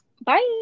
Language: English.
bye